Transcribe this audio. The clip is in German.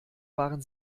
waren